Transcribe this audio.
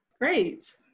Great